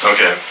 Okay